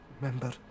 Remember